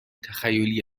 تخیلی